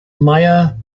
mayer